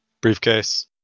briefcase